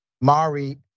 Mari